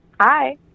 Hi